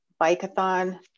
Bike-a-thon